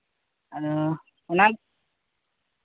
ᱚ ᱚᱱᱟᱜᱮ